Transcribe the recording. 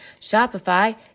Shopify